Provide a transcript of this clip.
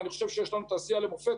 ואני חושב שיש לנו תעשייה למופת